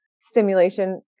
stimulation